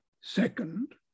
second